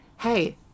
Hey